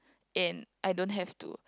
and I don't have to